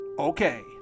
Okay